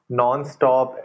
non-stop